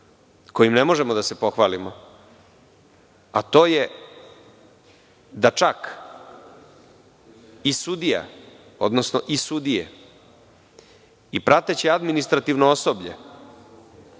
kojim ne možemo da se pohvalimo, a to je da čak i sudije i prateće administrativno osoblje